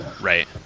Right